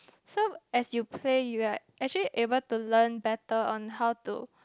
so as you play you're actually able to learn better on how to